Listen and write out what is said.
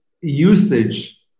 usage